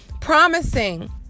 promising